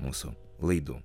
mūsų laidų